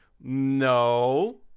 no